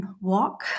walk